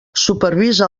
supervisa